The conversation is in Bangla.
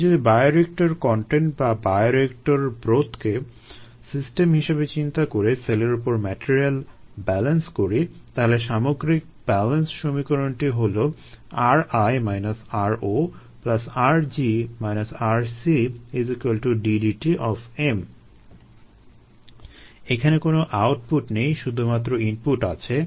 আমরা যদি বায়োরিয়েক্টর কনটেন্ট বা বায়োরিয়েক্টর ব্রথকে সিস্টেম হিসেবে চিন্তা করে সেলের উপর ম্যাটেরিয়াল ব্যালেন্স করি তাহলে সামগ্রিক ব্যালেন্স সমীকরণটি হলো ri ro rg rc d dt এখানে কোনো আউটপুট নেই শুধুমাত্র ইনপুট আছে